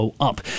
up